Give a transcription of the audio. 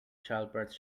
childbirths